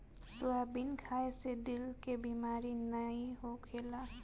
soybean खाए से दिल के बेमारी नाइ होखेला